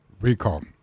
Recall